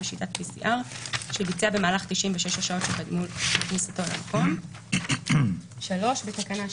בשיטת PCR שביצע במהלך 96 השעות שקדמו לכניסתו למקום,"; בתקנה 7(א)